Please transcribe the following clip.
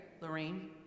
Lorraine